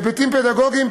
היבטים פדגוגיים,